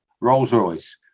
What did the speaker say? Rolls-Royce